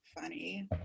funny